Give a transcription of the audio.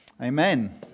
Amen